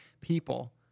people